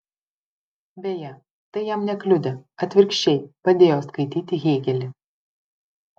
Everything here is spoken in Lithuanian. beje tai jam nekliudė atvirkščiai padėjo skaityti hėgelį